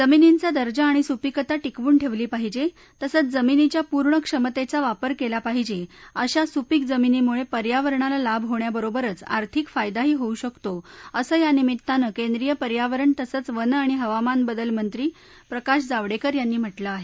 जमिनींचा दर्जा आणि सुपीकता टिकवून ठेवली पाहिजे तसंच जमिनीच्या पूर्ण क्षमतेच्या वापर केला पाहिजे अशा सुपीक जमिनीमुळे पर्यावरणाला लाभ होण्याबरोबरच आर्थिक फायदाही होऊ शकतो असं या निमित्तानं केंद्रीय पर्यावरण तसंच वन आणि हवामानबद्दल मंत्री प्रकाश जावडेकर यांनी म्हटलं आहे